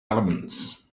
elements